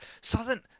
Southern